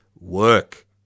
work